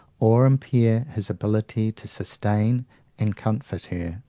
or impair his ability to sustain and comfort her.